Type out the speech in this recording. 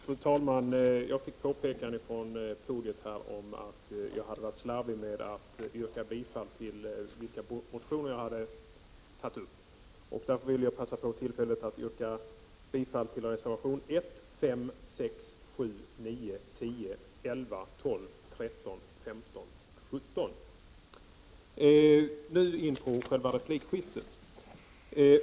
Fru talman! Jag fick ett påpekande från podiet om att jag hade varit slarvig med att yrka bifall till de reservationer jag hade tagit upp. Därför vill jag nu passa på tillfället att yrka bifall till reservationerna 1, 5, 6, 7, 9, 10, 11, 12, 13, 15 och 17. Så till själva repliken!